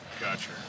Gotcha